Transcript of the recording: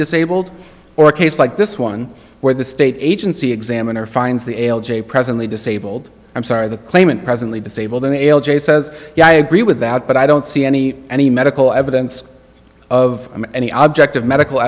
disabled or a case like this one where the state agency examiner finds the ael j presently disabled i'm sorry the claimant presently disabled the nail jay says yeah i agree with that but i don't see any any medical evidence of any object of medical